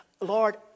Lord